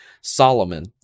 solomon